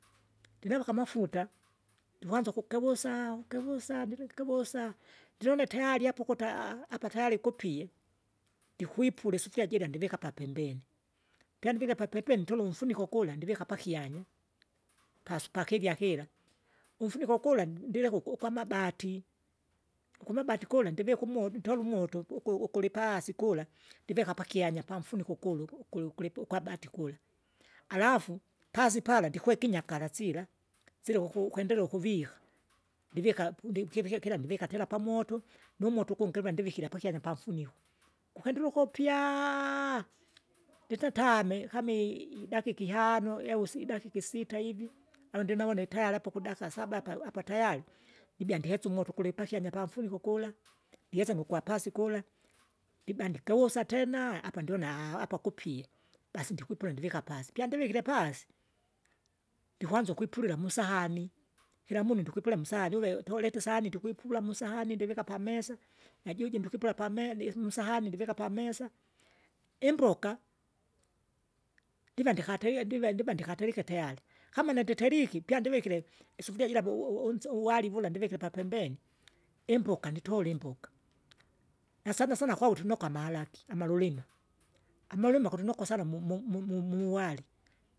Ndinavika amafuta, ndikwanza ukukewusa gewusa ndinegewusa, ndinune tayari apo ukuta apa tayari gupie, ndikwipula isufuria jira ndivika papembeni, pyandivike papembeni ntola unfuniko gula ndivika pakyanya, pasu pakivya kira. Umfuniko gula ndileka uku- ukwamabati, ukumabati kula ndivika umo ntola umoto uku- ukulipasi kula, ndivika pakyanya pamfuniko ukulu ukulu ugulipo ugwabati. Alafu, pasi pala ndikweka inyakala sila, siluku uku ukwendelea ukuvika, ndivika pu ndikivike kila ndivika tera pamoto, numoto ugungi lulwe ndivikira pakyanya pamfuniko, gukwendelea ukupya, ndita tame kama i- idakika ihano au isi idakia isita ivi, au ndinavone tayari hapo ukudaika saba apau apa tayari. Ndiwesa ndihesa umoto kuli pakyanya pamfuniko gula, ndihesa nukwapasi gula, ndibandika wusa tena, apa ndiona apa kupie, basi ndikwipula ndivika pasi. Pyandivile pasi pasi, ndikwanza ukwipulila musahani, kila munu ndikwipula musahani uve utolete isahani ndikwipula musahani ndivika pamesa, nujuju ndikwipula pame- nenusahani ndivika pamesa. Imboka, ndiva ndikateie ndiva ndiva ndikaterike tayari, kama nenditeriki, pya ndivikire, isufuria jira powou unse uwali ndivikilee papembeni. Imboka nitole imboka, nasana sana kwa utunokwa amalaki, malulima, amalulima kutunokwa sana mu- mu- mu- mu- muwali.